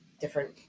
different